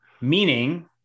Meaning